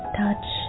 touch